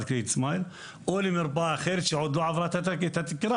כללית סמייל או למרפאה אחרת שעוד לא עברה את התקרה,